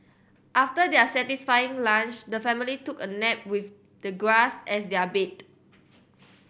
after their satisfying lunch the family took a nap with the grass as their bed